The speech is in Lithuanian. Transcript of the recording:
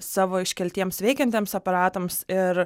savo iškeltiems veikiantiems aparatams ir